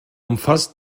umfasst